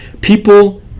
People